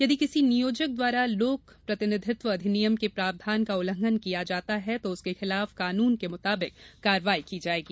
यदि किसी नियोजक द्वारा लोक प्रतिनिधित्व अधिनियम के प्रावधान का उल्लंघन किया जाता है तो उसके खिलाफ कानून के मुताबिक कार्यवाही की जायेगी